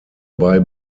bei